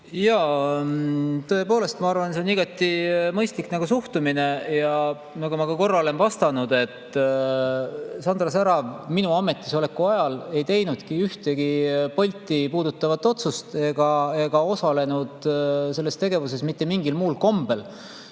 Jaa, ma arvan, et see on igati mõistlik suhtumine. Ja nagu ma korra olen vastanud, ei ole Sandra Särav minu ametisoleku ajal teinudki ühtegi Bolti puudutavat otsust ega osalenud selles tegevuses mitte mingil muul kombel